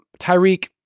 Tyreek